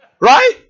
Right